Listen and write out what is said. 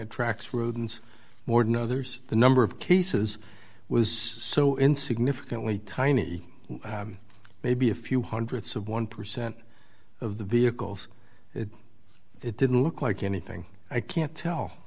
attracts rodents more than others the number of cases was so in significantly tiny maybe a few hundredths of one percent of the vehicles it it didn't look like anything i can't tell